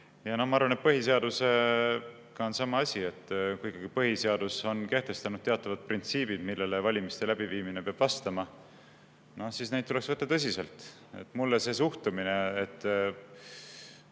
Ja ma arvan, et põhiseadusega on sama asi. Kui põhiseaduses on kehtestatud teatavad printsiibid, millele valimiste läbiviimine peab vastama, siis neid tuleks võtta tõsiselt. Mulle endale selline suhtumine, et